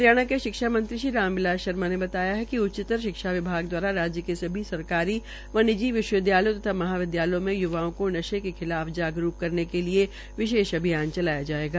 हरियाणा के शिक्षा मंत्री श्री राम बिलास शर्मा ने बताया कि उच्चतर शिक्षा विभाग द्वारा राज्य के सभी सरकारी व निजी विश्वविद्यालयों तथा महाविदयालयों में य्वाओं को नशे के खिलाफ जागरूक करने के लिए विशेष अभियान चलाया जाएगा